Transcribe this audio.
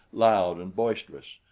loud and boisterous.